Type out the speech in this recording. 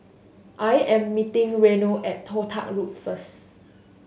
I am meeting Reno at Toh Tuck Road first